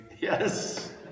Yes